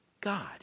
God